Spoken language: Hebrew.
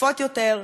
צפופות יותר,